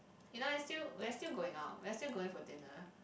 you know is still we are still going out we are still going for dinner